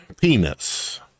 Penis